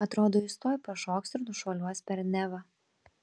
atrodo jis tuoj pašoks ir nušuoliuos per nevą